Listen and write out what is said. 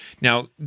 Now